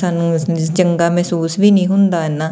ਸਾਨੂੰ ਚੰਗਾ ਮਹਿਸੂਸ ਵੀ ਨਹੀਂ ਹੁੰਦਾ ਇਨਾ